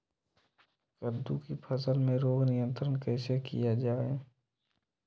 कददु की फसल में रोग नियंत्रण कैसे किया जाए?